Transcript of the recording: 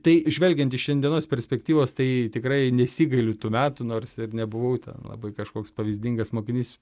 tai žvelgiant iš šiandienos perspektyvos tai tikrai nesigailiu tų metų nors ir nebuvau ten labai kažkoks pavyzdingas mokinys